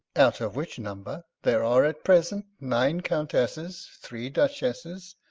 out of which number there are at present nine countesses, three dutchesses,